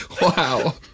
Wow